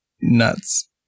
nuts